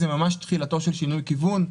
זה ממש תחילתו של שינוי כיוון,